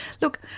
Look